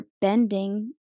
bending